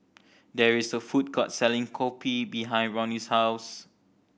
there is a food court selling kopi behind Ronny's house